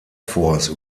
force